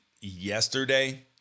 yesterday